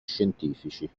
scientifici